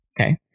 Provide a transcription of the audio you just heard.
okay